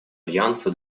альянса